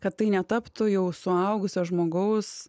kad tai netaptų jau suaugusio žmogaus